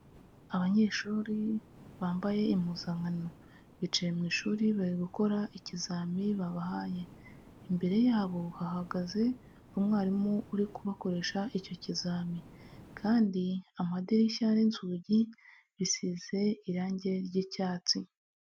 Abanyeshuri bambaye impuzankano bicaye mu ishuri bari gukora ikizami babahaye, imbere yabo hahagaze umwarimu uri kubakoresha icyo kizami, kandi amadirishya n'inzugi bisize irange ry'icyatsi.